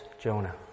Jonah